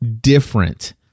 different